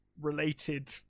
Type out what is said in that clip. related